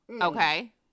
Okay